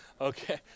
okay